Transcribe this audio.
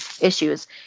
issues